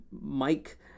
Mike